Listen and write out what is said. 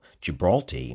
Gibraltar